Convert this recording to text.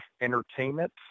entertainment